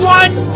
one